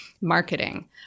marketing